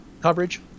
coverage